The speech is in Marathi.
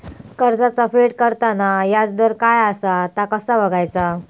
कर्जाचा फेड करताना याजदर काय असा ता कसा बगायचा?